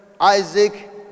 Isaac